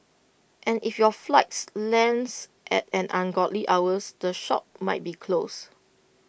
and if your flights lands at an ungodly hours the shops might be closed